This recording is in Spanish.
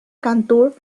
cantor